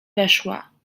weszła